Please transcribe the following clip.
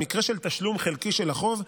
במקרה של תשלום חלקי של החוב,